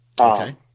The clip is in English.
Okay